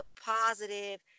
positive